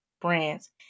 brands